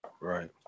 right